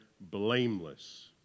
blameless